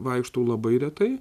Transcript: vaikštau labai retai